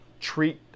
treat